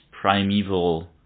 primeval